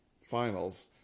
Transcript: finals